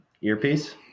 earpiece